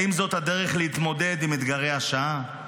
האם זאת הדרך להתמודד עם אתגרי השעה?